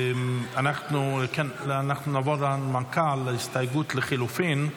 אנחנו נעבור להנמקה של ההסתייגות לחלופין.